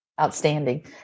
outstanding